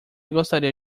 gostaria